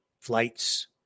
flights